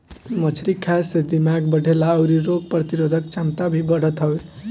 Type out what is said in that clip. मछरी खाए से दिमाग बढ़ेला अउरी रोग प्रतिरोधक छमता भी बढ़त हवे